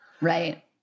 Right